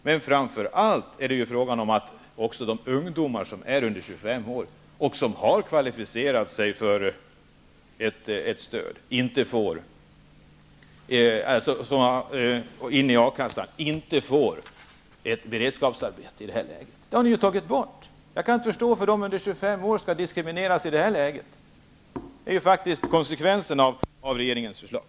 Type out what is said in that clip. Men framför allt är det fråga om att de ungdomar som är under 25 år och som har kvalificerat sig för a-kassan inte får beredskapsarbete. Den möjligheten har ni tagit bort. Jag kan inte förstå varför de som är under 25 år skall diskrimineras. Det är ju det som blir konsekvensen av regeringens förslag.